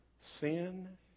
sin